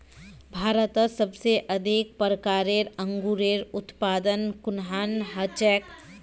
भारतत सबसे अधिक प्रकारेर अंगूरेर उत्पादन कुहान हछेक